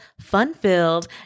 fun-filled